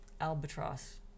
albatross